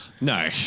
No